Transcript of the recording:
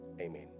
amen